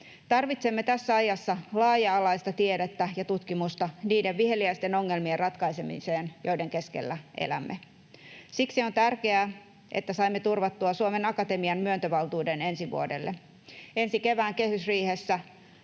Tarvitsemme tässä ajassa laaja-alaista tiedettä ja tutkimusta niiden viheliäisten ongelmien ratkaisemiseen, joiden keskellä elämme. Siksi on tärkeää, että saimme turvattua Suomen Akatemian myöntövaltuuden ensi vuodelle. Ensi kevään kehysriihessä